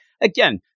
again